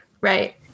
right